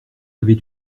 avez